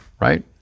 right